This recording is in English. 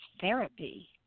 therapy